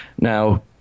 Now